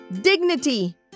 dignity